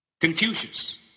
Confucius